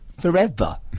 forever